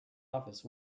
office